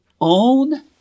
own